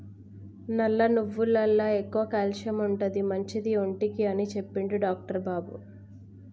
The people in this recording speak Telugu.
నల్ల నువ్వులల్ల ఎక్కువ క్యాల్షియం ఉంటది, మంచిది ఒంటికి అని చెప్పిండు డాక్టర్ బాబు